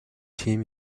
team